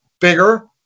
bigger